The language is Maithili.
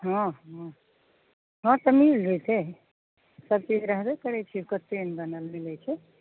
हँ हँ हँ तऽ मिल जैतै सबचीज रहबे करै छै कते ने बनल मिलै छै